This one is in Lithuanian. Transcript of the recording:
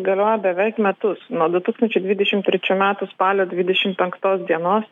galiojo beveik metus nuo du tūkstančiai dvidešim trečių metų spalio dvidešim penktos dienos